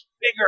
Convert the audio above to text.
bigger